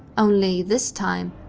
only, this time,